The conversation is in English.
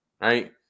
right